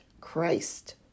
Christ